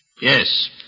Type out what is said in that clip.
Yes